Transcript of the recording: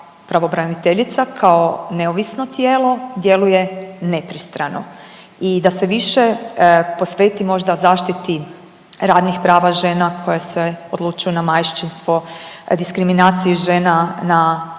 pravobraniteljica kao neovisno tijelo djeluje nepristrano i da se više posveti možda zaštiti radnih prava žena koje se odlučuju na majčinstvo, diskriminaciju žena na radnom